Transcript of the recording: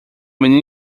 menino